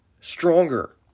stronger